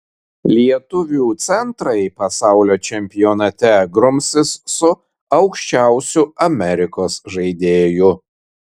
lietuvių centrai pasaulio čempionate grumsis su aukščiausiu amerikos žaidėju